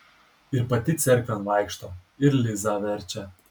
ir pati cerkvėn vaikšto ir lizą verčia